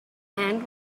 hand